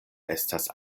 estas